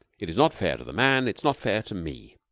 it is not fair to the man. it is not fair to me.